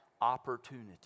opportunity